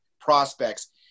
prospects